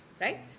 right